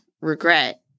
regret